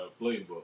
playbook